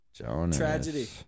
Tragedy